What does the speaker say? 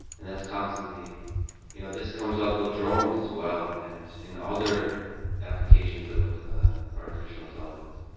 and that's constantly you know this comes up with drones as well and in other applications of artificial intelligence.